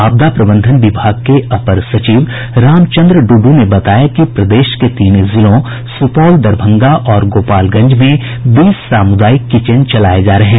आपदा प्रबंधन विभाग के अपर सचिव रामचंद्र डूडू ने बताया कि प्रदेश के तीन जिलों सुपौल दरभंगा और गोपालगंज में बीस सामुदायिक किचन चलाये जा रहे हैं